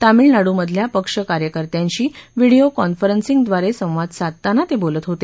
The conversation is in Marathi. तामिळनाडूमधल्या पक्ष कार्यकर्त्यांशी व्हिडिओ कॉन्फरन्सिंगद्वारे संवाद साधताना ते बोलत होते